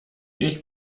ich